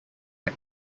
had